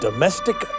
Domestic